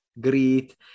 greet